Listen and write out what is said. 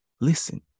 Listen